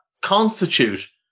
constitute